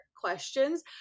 questions